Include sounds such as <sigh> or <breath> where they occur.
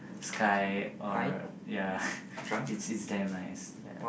sky or a ya <breath> it's it's damn nice yeah